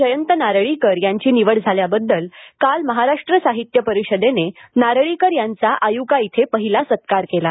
जयंत नारळीकर यांची निवड झाल्याबद्दल काल महाराष्ट्र साहित्य परिषदेने नारळीकर यांचा आयुका इथे पहिला सत्कार केला